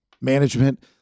management